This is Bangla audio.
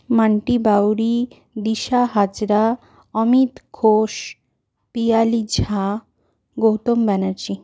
মান্টি বাউরি দিশা হাজরা অমিত ঘোষ পিয়ালি ঝা গৌতম ব্যানার্জি